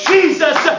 Jesus